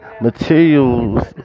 materials